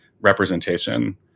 representation